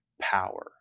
power